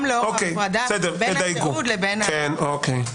גם לאור ההפרדה בין התיעוד לבין --- אוקיי,